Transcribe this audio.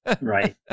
Right